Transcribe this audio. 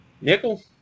Nickel